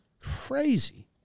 crazy